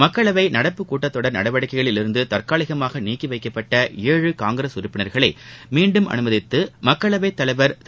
மக்களவை நடப்பு கூட்டத்தொடர் நடவடிக்கைகளில் இருந்து தற்காலிகமாக நீக்கி வைக்கப்பட்ட ஏழு காங்கிரஸ் உறுப்பினர்களை மீண்டும் அனுமதித்து மக்களை தலைவர் திரு